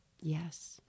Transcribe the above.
yes